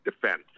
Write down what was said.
defense